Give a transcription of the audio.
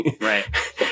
right